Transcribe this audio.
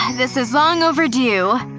and this is long overdue